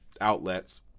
outlets